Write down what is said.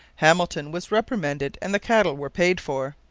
hamilton was reprimanded and the cattle were paid for.